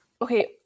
Okay